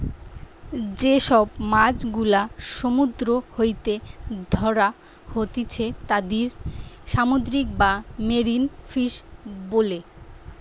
যে সব মাছ গুলা সমুদ্র হইতে ধ্যরা হতিছে তাদির সামুদ্রিক বা মেরিন ফিশ বোলে